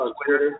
Twitter